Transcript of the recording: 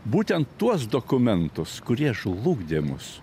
būtent tuos dokumentus kurie žlugdė mus